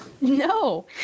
No